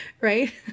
right